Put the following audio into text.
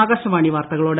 ആകാശവാണി വാർത്തകളോട്